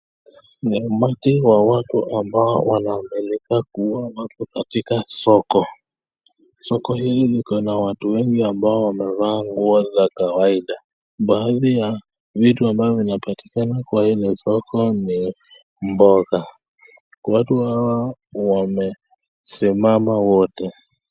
Ni umati wa watu ambao wanaaminika kuwa wako katika soko. Soko hili liko na watu wengi ambao wamevaa nguo za kawaida. Baadhi ya vitu ambavyo vinapatikana kwa ile soko ni mboga. Watu hawa wamesimama wote.